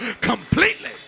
completely